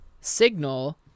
signal